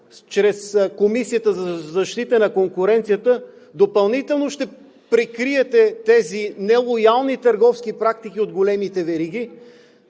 чрез Комисията за защита на конкуренцията допълнително ще прикриете тези нелоялни търговски практики от големите вериги.